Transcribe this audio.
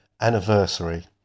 anniversary